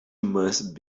must